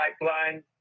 pipeline